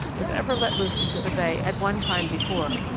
was ever let loose into the bay at one time before,